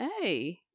Hey